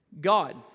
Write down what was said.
God